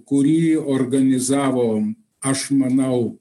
kurį organizavo aš manau